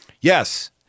Yes